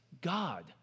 God